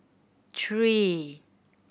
three